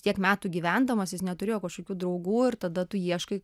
tiek metų gyvendamas jis neturėjo kažkokių draugų ir tada tu ieškai